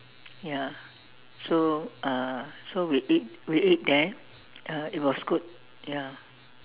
ya so uh so we eat we ate there uh it was good ya